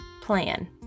plan